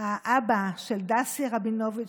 אבא של דסי רבינוביץ',